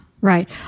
right